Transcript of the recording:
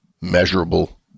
measurable